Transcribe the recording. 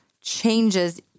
changes